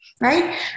right